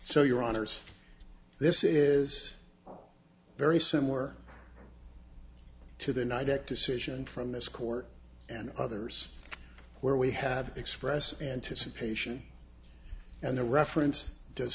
so your honors this is very similar to the night that decision from this court and others where we had express anticipation and the reference does